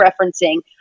referencing